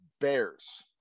bears